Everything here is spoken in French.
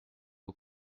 aux